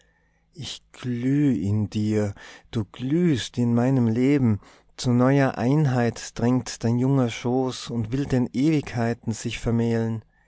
ich glüh in dir du glühst in meinem leben zu neuer einheit drängt dein junger schoß und will den ewigkeiten sich vermählen